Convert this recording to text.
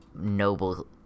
noble